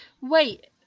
Wait